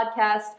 podcast